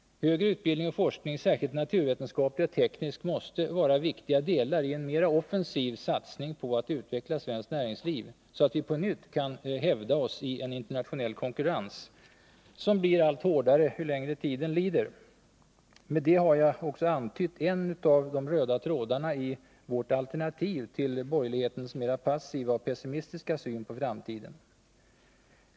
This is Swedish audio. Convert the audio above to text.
Högre utbildning och forskning, särskilt naturvetenskaplig och teknisk, måste vara viktiga delar i en mera offensiv satsning på att utveckla svenskt näringsliv så att vi på nytt kan hävda oss i en internationell konkurrens, som blir allt hårdare ju längre tiden lider. Med det har jag antytt vad som är en av de röda trådarna i vårt alternativ till borgerlighetens mera passiva och pessimistiska syn på framtiden.